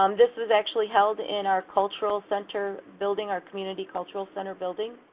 um this was actually held in our cultural center building, our community cultural center building.